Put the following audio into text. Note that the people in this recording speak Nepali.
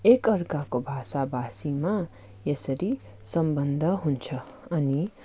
एक अर्काको भाषा भाषीमा यसरी सम्बन्ध हुन्छ अनि